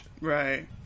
Right